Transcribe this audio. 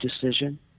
decision